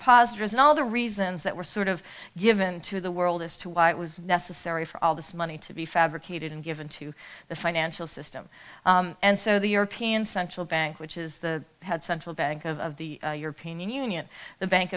depositors and all the reasons that were sort of given to the world as to why it was necessary for all this money to be fabricated and given to the financial system and so the european central bank which is the head central bank of the european union the bank